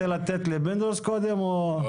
אני